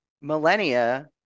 millennia